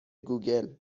گوگل